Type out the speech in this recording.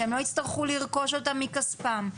שהם לא יצטרכו לרכוש אותן מכספם,